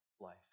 life